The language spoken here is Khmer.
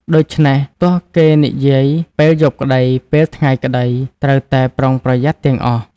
ដូច្នេះ ទោះគេនិយាយពេលយប់ក្តី ពេលថ្ងៃក្ដី ត្រូវតែប្រុងប្រយ័ត្នទាំងអស់។